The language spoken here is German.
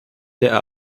der